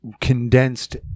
condensed